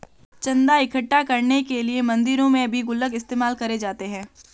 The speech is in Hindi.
चन्दा इकट्ठा करने के लिए मंदिरों में भी गुल्लक इस्तेमाल करे जाते हैं